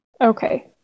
okay